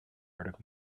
article